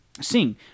sing